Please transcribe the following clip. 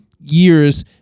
years